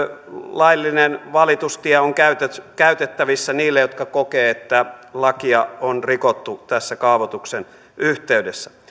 laillinen valitustie on käytettävissä niille jotka kokevat että lakia on rikottu tässä kaavoituksen yhteydessä